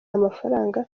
amafaranga